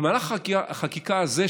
במהלך החקיקה הזה,